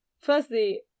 Firstly